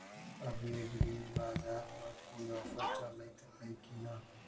अभी एग्रीबाजार पर कोई ऑफर चलतई हई की न?